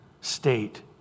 state